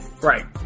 Right